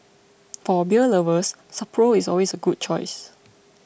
for beer lovers Sapporo is always a good choice